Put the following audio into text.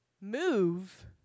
move